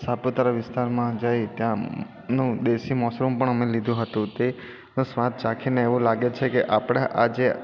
સાપુતારા વિસ્તારમાં જઈ ત્યાંનું દેશી મોસરમ પણ લીધું હતું તે નો સ્વાદ ચાખી ને એવું લાગે છે કે આપણા આજે